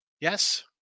Yes